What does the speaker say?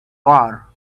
war